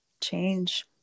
Change